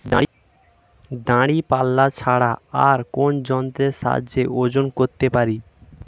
দাঁড়িপাল্লা ছাড়া আর কোন যন্ত্রের সাহায্যে ওজন করতে পারি?